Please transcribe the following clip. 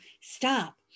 stop